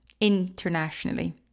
internationally